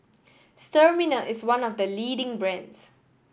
Sterimar is one of the leading brands